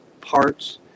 parts